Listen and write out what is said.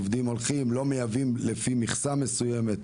עובדים הולכים לא מייבאים לפי מכסה מסוימת,